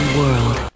world